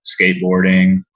skateboarding